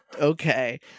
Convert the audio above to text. Okay